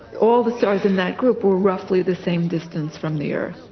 all the stars in that group were roughly the same distance from the earth.